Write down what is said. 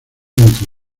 entre